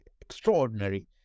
extraordinary